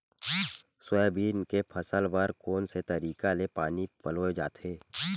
Soybean के फसल बर कोन से तरीका ले पानी पलोय जाथे?